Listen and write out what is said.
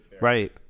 Right